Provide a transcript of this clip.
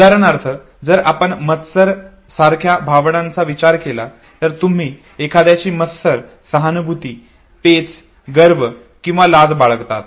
उदाहरणार्थ जर आपण मत्सर सारख्या भावनांचा विचार केला तर तुम्ही एखाद्याची मत्सर सहानुभूती पेच गर्व किंवा लाज बाळगतात